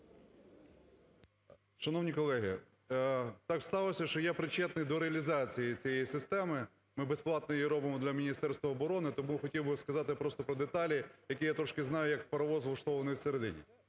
Шановні колеги! Так сталося, що я причетний до реалізації цієї системи. Ми безплатно її робимо для Міністерства оборони. Тому хотів би сказати просто про деталі, які я трошки знаю, як паровоз, влаштований всередині.